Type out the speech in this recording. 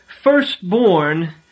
firstborn